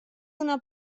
una